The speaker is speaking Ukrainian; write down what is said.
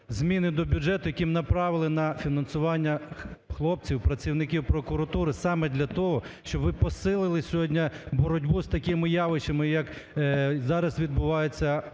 зміни до бюджету яким направили на фінансування хлопців, працівників прокуратури, саме для того, щоб ви посили сьогодні боротьбу з такими явищами як зараз відбувається,